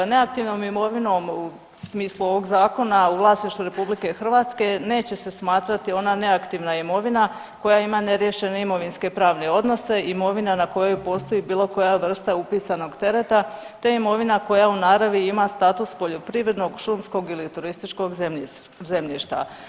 Neaktivnom imovinom u smislu ovog zakona u vlasništvu RH neće se smatrati ona neaktivna imovina koja ima neriješene imovinsko pravne odnose, imovina na kojoj postoji bilo koja vrsta upisanog tereta te imovina koja u naravi ima status poljoprivrednog, šumskog ili turističkog zemljišta.